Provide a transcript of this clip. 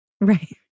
Right